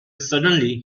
suddenly